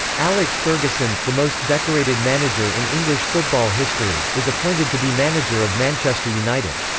alex ferguson, the most decorated manager in english football history, is appointed to be manager of manchester united.